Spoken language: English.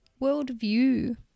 worldview